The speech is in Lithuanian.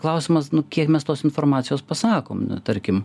klausimas nu kiek mes tos informacijos pasakom tarkim